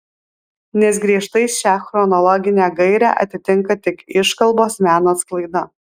nes griežtai šią chronologinę gairę atitinka tik iškalbos meno sklaida